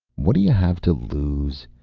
what do you have to lose?